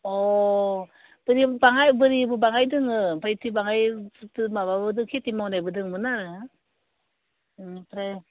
अ बाङाय बोरि बाङाय दङ ओमफ्राय बाङाय माबाबो खेथि मावनायबो दंमोन आरो ओमफ्राय